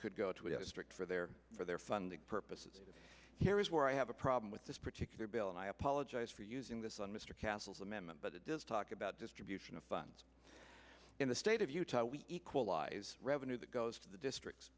could go to a district for their for their funding purposes here is where i have a problem with this particular bill and i apologize for using this on mr cassels amendment but it does talk about distribution of funds in the state of utah we equalize revenue that goes to the district